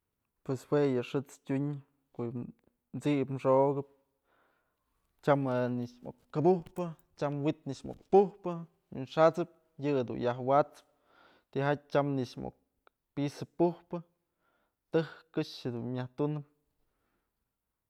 Pues jue yë xët's tyun, t'sip xokëp tyam nëkx muk kabujpë tyam wi'i nëkx muk pujpë xat'sëp yëdun yaj wat'spë tijatyë tyam nëkx muk piso pujpë tejk këxë dun myaj tunëp.